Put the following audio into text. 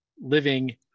living